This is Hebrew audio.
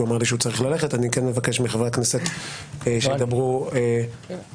אני כן אבקש מחברי הכנסת שיתייחסו כעת